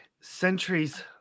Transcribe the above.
centuries